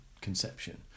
conception